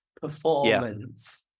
performance